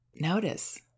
notice